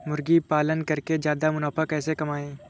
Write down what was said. मुर्गी पालन करके ज्यादा मुनाफा कैसे कमाएँ?